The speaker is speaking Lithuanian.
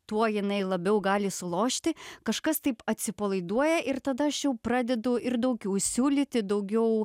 tuo jinai labiau gali sulošti kažkas taip atsipalaiduoja ir tada aš jau pradedu ir daugiau siūlyti daugiau